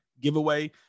giveaway